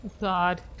God